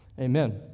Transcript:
Amen